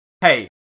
hey